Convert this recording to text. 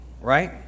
right